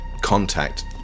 contact